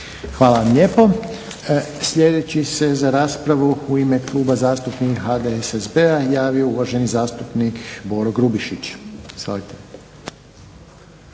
Hvala vam lijepo. Sljedeći se za raspravu u ime Kluba zastupnika HDSSB-a javio uvaženi zastupnik Boro Grubišić. Izvolite.